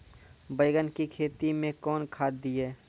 बैंगन की खेती मैं कौन खाद दिए?